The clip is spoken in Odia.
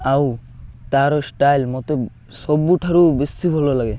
ଆଉ ତା'ର ଷ୍ଟାଇଲ୍ ମୋତେ ସବୁଠାରୁ ବେଶି ଭଲ ଲାଗେ